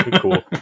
Cool